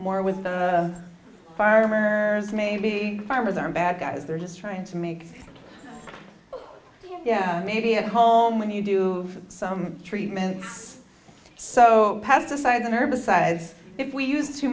more with the farmer is maybe farmers are bad guys they're just trying to make yeah maybe at home when you do some treatments so pesticides and herbicides if we use too